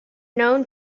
known